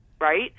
right